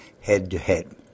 head-to-head